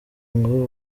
ngo